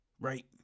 right